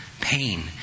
pain